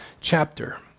chapter